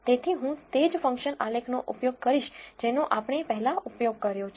તેથી હું તે જ ફંક્શન આલેખનો ઉપયોગ કરીશ જેનો આપણે પહેલા ઉપયોગ કર્યો છે